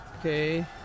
Okay